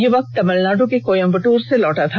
युवक तमिलनाडु के कोयंबटूर से लौटा था